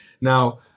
Now